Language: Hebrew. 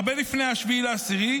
הרבה לפני 7 באוקטובר,